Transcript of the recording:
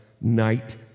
night